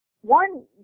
one